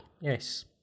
yes